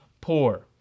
poor